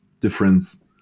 difference